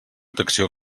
protecció